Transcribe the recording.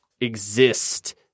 exist